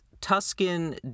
Tuscan